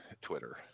Twitter